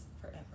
forever